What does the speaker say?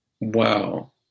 Wow